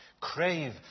crave